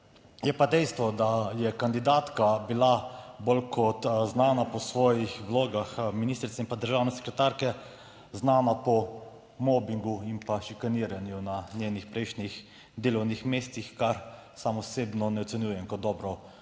Je pa dejstvo, da je kandidatka bila bolj kot znana po svojih vlogah ministrice in pa državne sekretarke znana po mobingu in šikaniranju na njenih prejšnjih delovnih mestih, kar sam osebno ne ocenjujem kot dobro